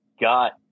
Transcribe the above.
got